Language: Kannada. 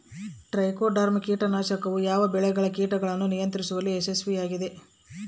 ಟ್ರೈಕೋಡರ್ಮಾ ಕೇಟನಾಶಕವು ಯಾವ ಬೆಳೆಗಳ ಕೇಟಗಳನ್ನು ನಿಯಂತ್ರಿಸುವಲ್ಲಿ ಯಶಸ್ವಿಯಾಗಿದೆ?